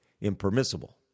impermissible